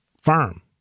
firm